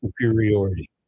superiority